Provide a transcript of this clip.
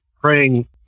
praying